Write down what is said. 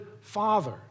father